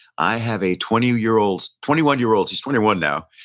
i have a twenty year old, twenty one year old, he's twenty one now,